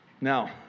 Now